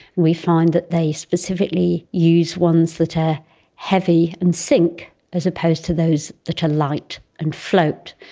we find that they specifically use ones that are heavy and sink as opposed to those that are light and float.